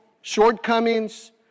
shortcomings